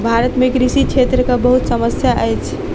भारत में कृषि क्षेत्रक बहुत समस्या अछि